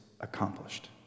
accomplished